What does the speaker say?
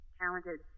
talented